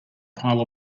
pile